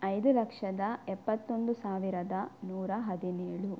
ಐದು ಲಕ್ಷದ ಎಪ್ಪತ್ತೊಂದು ಸಾವಿರದ ನೂರ ಹದಿನೇಳು